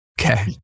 Okay